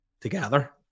together